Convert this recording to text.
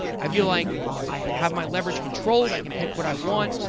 i feel like i have my leverage controlled, i can pick what i want,